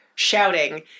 shouting